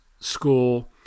school